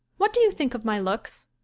what do you think of my looks?